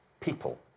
people